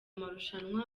amarushanwa